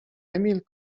emil